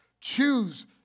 choose